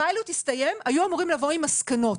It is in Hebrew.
הפיילוט הסתיים והיו אמורים לבוא עם מסקנות.